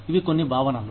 ఇవి కొన్ని భావనలు